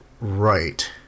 right